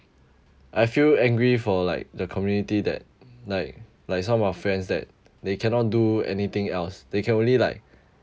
I feel angry for like the community that like like some of our friends that they cannot do anything else they can only like